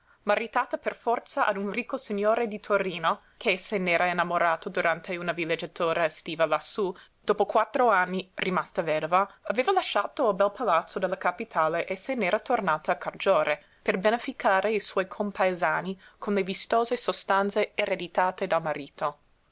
maritata per forza a un ricco signore di torino che se n'era innamorato durante una villeggiatura estiva lassú dopo quattro anni rimasta vedova aveva lasciato il bel palazzo della capitale e se n'era tornata a cargiore per beneficare i suoi compaesani con le vistose sostanze ereditate dal marito